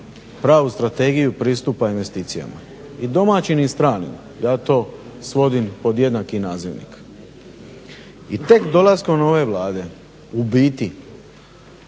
pravu strategiju pristupa investicijama i domaćim i stranim, ja to svodim pod jednaki nazivnik. I tek dolaskom ove Vlade u biti